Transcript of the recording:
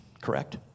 correct